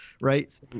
Right